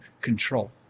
control